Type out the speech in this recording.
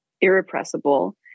irrepressible